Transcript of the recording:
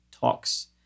Talks